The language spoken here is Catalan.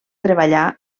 treballar